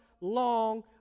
long